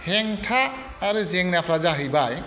हेंथा आरो जेंनाफोरा जाहैबाय